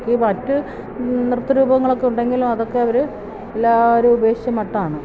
ഈ മറ്റ് നൃത്തരൂപങ്ങളൊക്കെയുണ്ടെങ്കിലും അതൊക്കെ അവരെല്ലാവരും ഉപേക്ഷിച്ച മട്ടാണ്